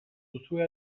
duzue